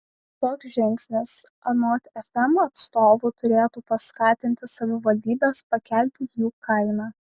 toks žingsnis anot fm atstovų turėtų paskatinti savivaldybes pakelti jų kainą